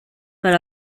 per